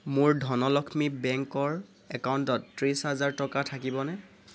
মোৰ ধনলক্ষ্মী বেংকৰ একাউণ্টত ত্ৰিছ হাজাৰ টকা থাকিবনে